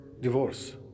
divorce